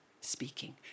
speaking